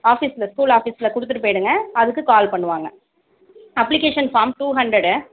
ஆஃபீஸில் ஸ்கூல் ஆஃபீஸில் கொடுத்துட்டு போய்விடுங்க அடுத்து கால் பண்ணுவாங்க அப்பிளிக்கேஷன் ஃபார்ம் டூ ஹண்ட்ரட்